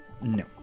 No